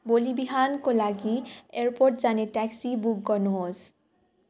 भोलि बिहानको लागि एयरपोर्ट जाने ट्याक्सी बुक गर्नुहोस्